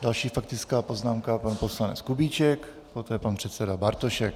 Další faktická poznámka, pan poslanec Kubíček, poté pan předseda Bartošek.